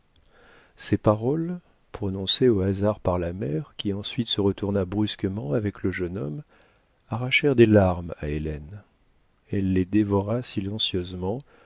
ces paroles prononcées au hasard par la mère qui ensuite se retourna brusquement avec le jeune homme arrachèrent des larmes à hélène elle les dévora silencieusement